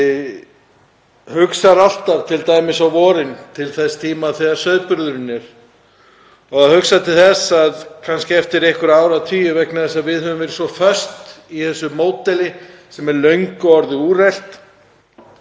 alltaf t.d. á vorin til þess tíma þegar sauðburðurinn er. Og að hugsa til þess að kannski eftir einhverja áratugi, vegna þess að við höfum verið svo föst í þessu módeli sem er löngu orðið úrelt,